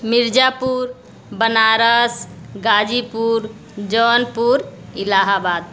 Mirzapur Banaras Ghazipur Jaunpur Allahabad